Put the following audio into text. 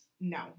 No